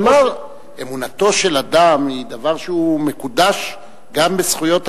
אמונתו של אדם היא דבר שהוא מקודש גם בזכויות האדם.